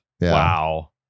Wow